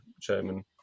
chairman